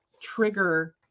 trigger